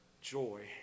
Joy